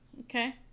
Okay